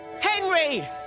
Henry